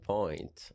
Point